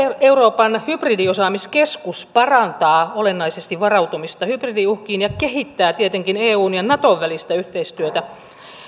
euroopan hybridiosaamiskeskus parantaa olennaisesti varautumista hybridiuhkiin ja kehittää tietenkin eun ja naton välistä yhteistyötä